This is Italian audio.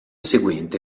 seguente